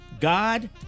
God